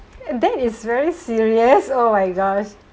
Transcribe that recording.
and that is very serious oh my gosh